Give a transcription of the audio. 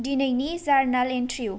दिनैनि जार्नाल एन्ट्रिउ